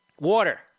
Water